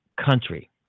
country